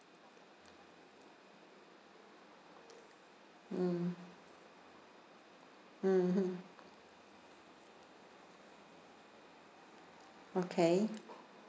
mm mmhmm okay